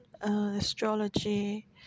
astrology